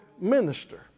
minister